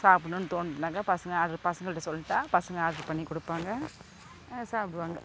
சாப்பிடணு தோணுச்சினாக்க பசங்கள் ஆர்டரு பசங்கள்ட சொல்லிட்டா பசங்கள் ஆர்டரு பண்ணிக் கொடுப்பாங்க சாப்பிடுவாங்க